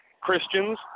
Christians